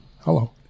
Hello